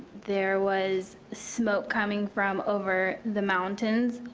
there was smoke coming from over the mountains,